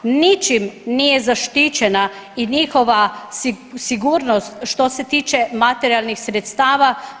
Ničim nije zaštićena i njihova sigurnost što se tiče materijalnih sredstava.